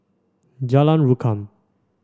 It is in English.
Jalan Rukam